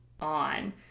on